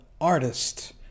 artist